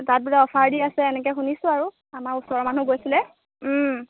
তাত বোলে অফাৰ দি আছে এনেকৈ শুনিছোঁ আৰু আমাৰ ওচৰৰ মানুহো গৈছিলে